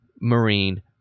marine